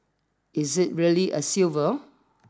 is it really a silver